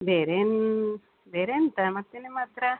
ಬೇರೇನು ಬೇರೆಂತ ಮತ್ತೆ ನಿಮ್ಮ ಹತ್ರ